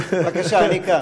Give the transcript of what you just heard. בבקשה, אני כאן.